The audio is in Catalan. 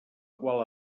qual